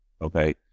Okay